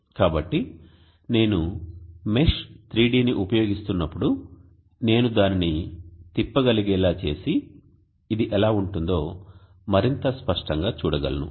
కాబట్టి నేను mesh 3D ని ఉపయోగిస్తున్నప్పుడు నేను దానిని తిప్పగలిగేలా చేసి ఇది ఎలా ఉంటుందో మరింత స్పష్టంగా చూడగలను